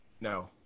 No